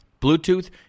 Bluetooth